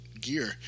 gear